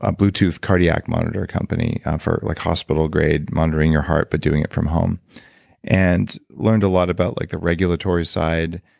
ah blue tooth cardiac monitor company for like hospital grade monitoring your heart, but doing it from home and learned a lot about like the regulatory side.